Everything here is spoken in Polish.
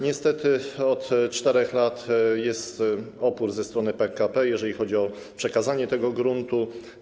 Niestety od 4 lat jest opór ze strony PKP, jeżeli chodzi o przekazanie tego gruntu.